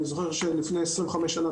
אני זוכר שלפני 25 שנה,